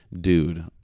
dude